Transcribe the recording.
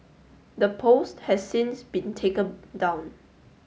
the post has since been taken down